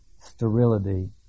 sterility